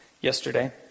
yesterday